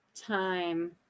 time